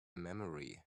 memory